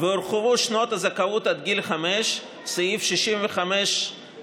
והורחבו שנות הזכאות עד גיל 5, סעיף 66(5)